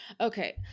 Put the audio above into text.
Okay